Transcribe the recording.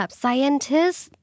scientists